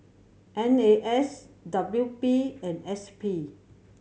N A S W P and S P